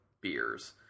beers